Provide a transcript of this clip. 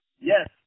Yes